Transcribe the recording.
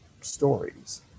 stories